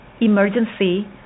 Emergency